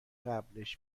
قبلش